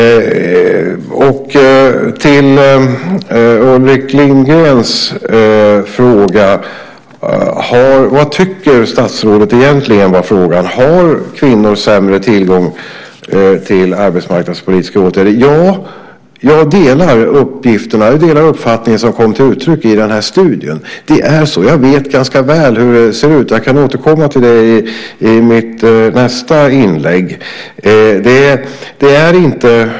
Sedan till Ulrik Lindgrens fråga. Frågan var: Vad tycker statsrådet egentligen? Har kvinnor sämre tillgång till arbetsmarknadspolitiska åtgärder? Ja, jag delar den uppfattning som kom till uttryck i den här studien. Det är så. Jag vet ganska väl hur det ser ut. Jag kan återkomma till det i mitt nästa inlägg.